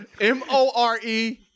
m-o-r-e